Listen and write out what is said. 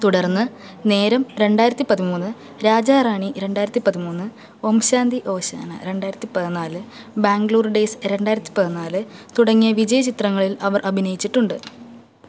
തുടര്ന്ന് നേരം രണ്ടായിരത്തി പതിമൂന്ന് രാജാ റാണി രണ്ടായിരത്തി പതിമൂന്ന് ഓം ശാന്തി ഓശാന രണ്ടായിരത്തി പതിനാല് ബാംഗ്ലൂർ ഡേയ്സ് രണ്ടായിരത്തി പതിനാല് തുടങ്ങിയ വിജയചിത്രങ്ങളിൽ അവർ അഭിനയിച്ചിട്ടുണ്ട്